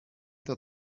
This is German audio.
der